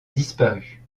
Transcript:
disparu